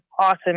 awesome